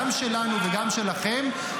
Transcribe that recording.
גם שלנו וגם שלכם,